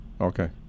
Okay